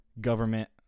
government